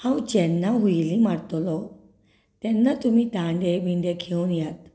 हांव जेन्ना हुयेली मारतलो तेन्ना तुमी दांडे बिंडे घेवन येयात